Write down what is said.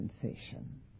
sensation